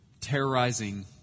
terrorizing